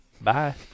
Bye